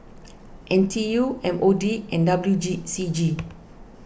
N T U M O D and W C G